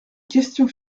questions